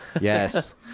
Yes